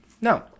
No